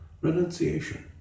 renunciation